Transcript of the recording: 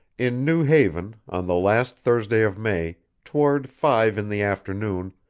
in new haven, on the last thursday of may, toward five in the afternoon,